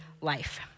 life